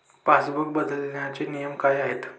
Passbook बदलण्याचे नियम काय आहेत?